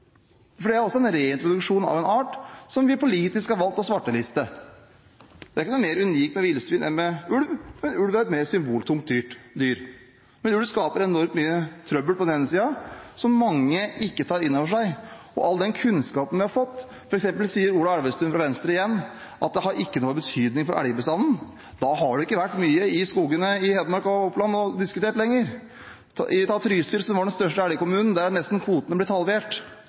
Det er også en reintroduksjon av en art som vi politisk har valgt å svarteliste. Det er ikke noe mer unikt med villsvin enn med ulv, men ulv er et mer symboltungt dyr. Men ulv skaper enormt mye trøbbel, som mange ikke tar innover seg. For eksempel sier Ola Elvestuen fra Venstre – igjen – at ulven ikke har noen betydning for elgbestanden. Da har han ikke vært mye i skogene i Hedmark og Oppland og diskutert dette. Ta Trysil, som var den største elgkommunen: Der er kvoten nesten halvert.